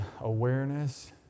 awareness